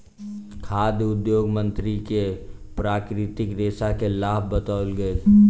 खाद्य उद्योग मंत्री के प्राकृतिक रेशा के लाभ बतौल गेल